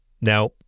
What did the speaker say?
now